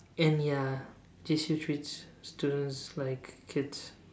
and ya J_C treats students like kids